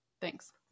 thanks